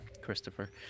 Christopher